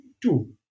two